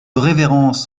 révérence